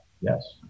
Yes